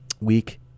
week